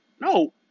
No